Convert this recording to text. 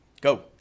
Go